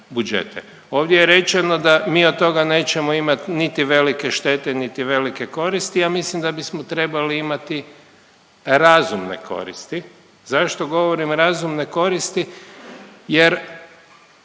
Ovdje je rečeno da mi od toga nećemo imat niti velike štete, niti velike koristi, a mislim da bismo trebali imati razumne koristi. Zašto govorim razumne koristi? Jer